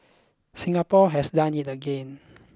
Singapore has done it again